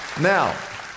Now